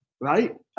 right